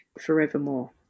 forevermore